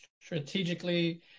strategically